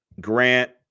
Grant